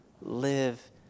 live